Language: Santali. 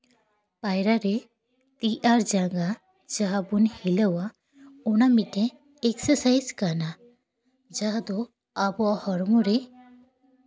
ᱯᱟᱭᱨᱟ ᱨᱮ ᱛᱤ ᱟᱨ ᱡᱟᱸᱜᱟ ᱡᱟᱦᱟᱸ ᱵᱚᱱ ᱦᱤᱞᱟᱹᱣᱟ ᱚᱱᱟ ᱢᱤᱫᱴᱮᱡ ᱮᱠᱥᱮᱥᱟᱭᱤᱡ ᱠᱟᱱᱟ ᱡᱟᱦᱟᱸ ᱫᱚ ᱟᱵᱚᱣᱟᱜ ᱦᱚᱲᱢᱚ ᱨᱮ